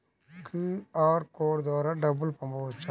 QR code ద్వారా డబ్బులు పంపవచ్చా?